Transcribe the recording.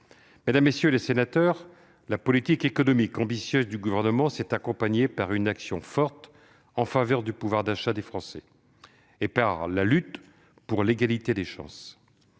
Mesdames, messieurs les sénateurs, la politique économique ambitieuse du Gouvernement s'est accompagnée d'une action forte en faveur du pouvoir d'achat des Français et de la lutte pour l'égalité des chances.